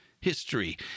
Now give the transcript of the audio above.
History